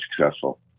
successful